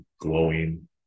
glowing